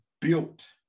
built